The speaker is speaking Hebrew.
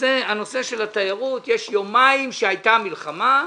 הנושא של התיירות, יש יומיים בהם הייתה מלחמה,